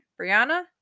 Brianna